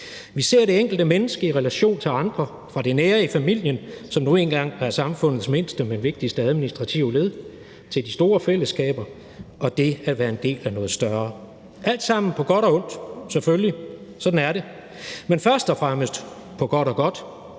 Vi ser det enkelte menneske i relation til andre, fra det nære i familien, som nu engang er samfundets mindste, men vigtigste administrative led, til de store fællesskaber og det at være en del af noget større. Det er selvfølgelig alt sammen på godt og ondt, sådan er det, men først og fremmest på godt og godt